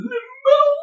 Limbo